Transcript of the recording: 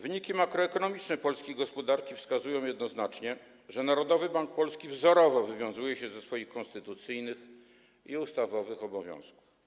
Wyniki makroekonomiczne polskiej gospodarki wskazują jednoznacznie, że Narodowy Bank Polski wzorowo wywiązuje się ze swoich konstytucyjnych i ustawowych obowiązków.